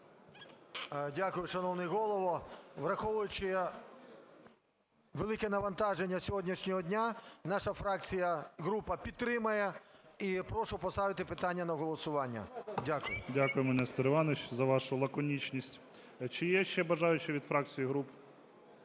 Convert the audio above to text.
Дякую, шановний Голово. Враховуючи велике навантаження сьогоднішнього дня, наша фракція, група підтримає. І прошу поставити питання на голосування. Дякую. ГОЛОВУЮЧИЙ. Дякуємо, Нестор Іванович, за вашу лаконічність. Чи є ще бажаючі від фракцій і груп?